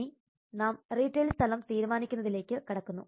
ഇനി നാം റീട്ടെയിൽ സ്ഥലം തീരുമാനിക്കുന്നതിലേക്ക് വരുന്നു